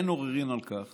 אין עוררין על כך